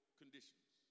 conditions